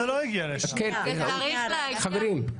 חברים,